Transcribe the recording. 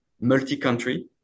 multi-country